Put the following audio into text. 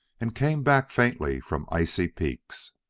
and came back faintly from icy peaks.